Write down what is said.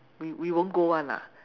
we we won't go [one] ah